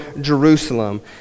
Jerusalem